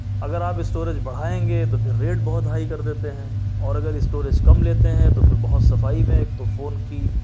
اگر آپ اسٹوریج بڑھائیں گے تو پھر ریٹ بہت ہائی کر دیتے ہیں اور اگر اسٹوریج کم لیتے ہیں تو پھر بہت صفائی میں ایک تو فون کی